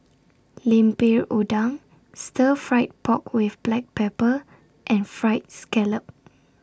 Lemper Udang Stir Fried Pork with Black Pepper and Fried Scallop